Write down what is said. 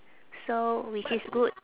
so which is good